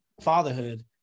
fatherhood